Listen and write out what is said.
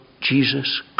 Jesus